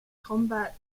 combat